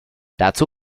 dazu